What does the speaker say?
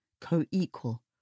co-equal